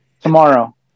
Tomorrow